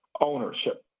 ownership